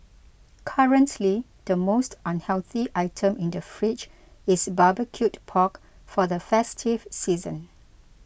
currently the most unhealthy item in the fridge is barbecued pork for the festive season